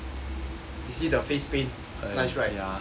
you see the face paint nice right